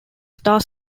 star